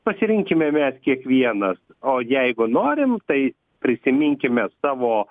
pasirinkime mes kiekvienas o jeigu norim tai prisiminkime savo